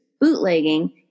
bootlegging